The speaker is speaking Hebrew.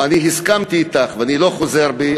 הסכמתי אתך ואני לא חוזר בי,